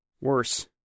Worse